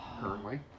currently